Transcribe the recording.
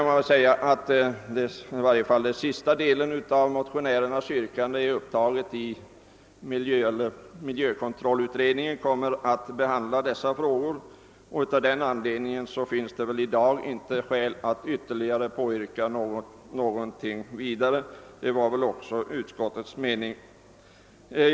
Men i varje fall sista delen av motionärernas yrkande gäller en sak som kommer att behandlas av miljökontrollutredningen, och därför finns det väl i dag inte skäl att påyrka någon ytterligare åtgärd, vilket också är utskottets mening.